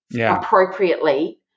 appropriately